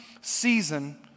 season